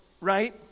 right